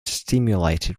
stimulated